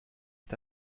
est